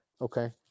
Okay